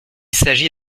s’agit